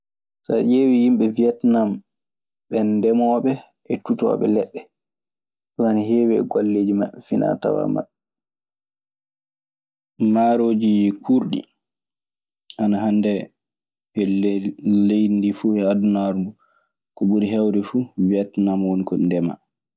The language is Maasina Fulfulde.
So a ƴeewii yimɓe wietnam, ɓe ndeemooɓe e tutooɓe leɗɗe. Ɗun ana heewi e golleeji maɓɓe, finaa tawaa maɓɓe. Maarooji kuurɗi ana hannde e ley leydi ndii fuu e adunaaru nduu. Ko ɓuri heewde fuu, Wietnam woni to ko ɗi ndemaa.